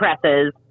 presses